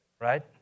Right